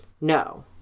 No